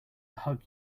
hug